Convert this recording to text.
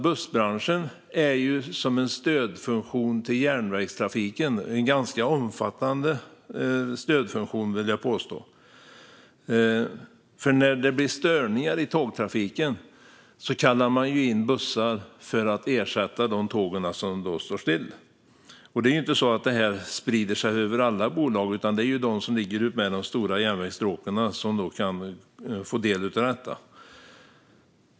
Bussbranschen är också som en stödfunktion till järnvägstrafiken - en ganska omfattande stödfunktion, vill jag påstå, för när det blir störningar i tågtrafiken kallar man in bussar för att ersätta de tåg som då står still. Men det sprider sig inte över alla bolag, utan det är de som ligger utmed de stora järnvägsstråken som kan få del av detta.